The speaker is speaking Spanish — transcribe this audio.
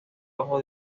ojo